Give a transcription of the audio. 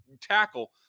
tackle